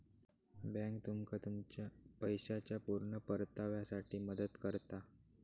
bank तुमका तुमच्या पैशाच्या पुर्ण परताव्यासाठी मदत करता